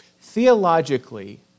Theologically